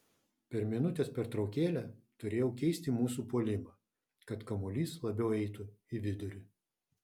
per minutės pertraukėlę turėjau keisti mūsų puolimą kad kamuolys labiau eitų į vidurį